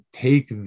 take